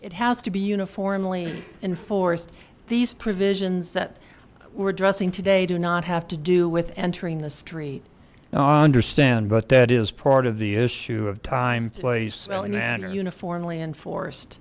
it has to be uniformly enforced these provisions that were dressing today do not have to do with entering the street now i understand but that is part of the issue of time place and then are uniformly enforced